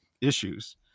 issues